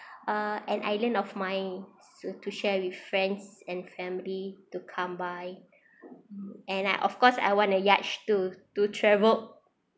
uh an island of my so to share with friends and family to come by and I of course I want a yacht to to travel